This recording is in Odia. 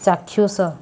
ଚାକ୍ଷୁଷ